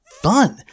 fun